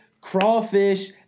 Crawfish